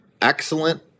excellent